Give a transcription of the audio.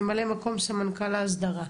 ממלא מקום סמנכ"ל ההסדרה,